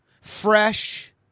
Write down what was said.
fresh